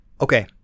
okay